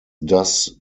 does